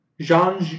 Jean